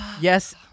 yes